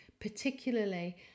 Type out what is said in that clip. particularly